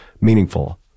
meaningful